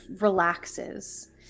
relaxes